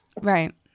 right